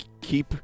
keep